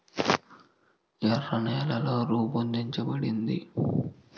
ఎర్ర నేల ఎలా రూపొందించబడింది?